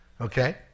okay